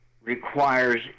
requires